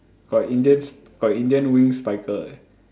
got indians got indian wing spiker eh